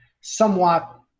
somewhat